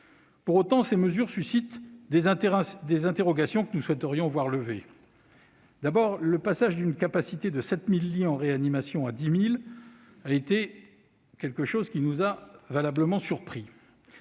Pour autant, ces mesures suscitent des interrogations que nous souhaiterions voir levées. D'abord, le passage d'une capacité de 7 000 lits à 10 000 lits en réanimation nous a valablement surpris.